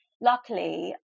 luckily